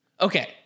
Okay